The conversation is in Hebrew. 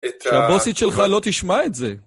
שהבוסית שלך לא תשמע את זה.